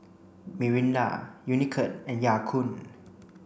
Mirinda Unicurd and Ya Kun